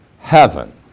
heaven